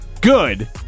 good